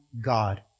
God